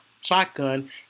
shotgun